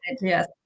Yes